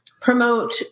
promote